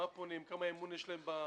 כמה אמון יש להם במשטרה.